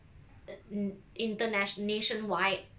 uh n~ internation~ nationwide